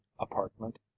apartment